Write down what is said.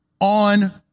on